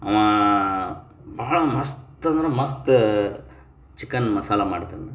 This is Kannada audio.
ಅವ ಬಹಳ ಮಸ್ತ್ ಅಂದ್ರೆ ಮಸ್ತ್ ಚಿಕನ್ ಮಸಾಲೆ ಮಾಡ್ತಾನೆ